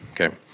okay